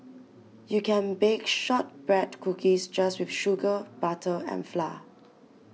you can bake Shortbread Cookies just with sugar butter and flour